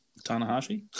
Tanahashi